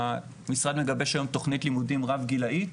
המשרד מגבש היום תוכנית לימודים רב גילאית